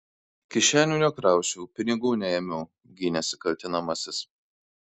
kišenių nekrausčiau pinigų neėmiau gynėsi kaltinamasis